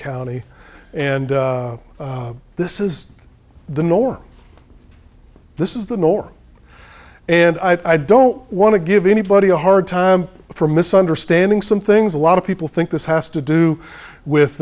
county and this is the nor this is the more and i don't want to give anybody a hard time for misunderstanding some things a lot of people think this has to do